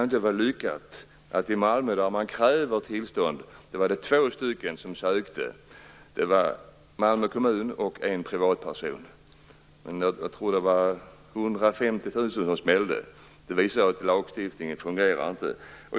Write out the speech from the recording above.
I Malmö krävs det tillstånd, och där var det två som sökte, nämligen Malmö kommun och en privatperson. Det var kanske 150 000 som smällde. Det var inte så lyckat, och det visar att lagstiftningen inte fungerar.